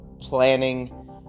planning